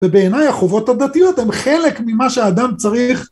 ובעיניי החובות הדתיות הן חלק ממה שהאדם צריך.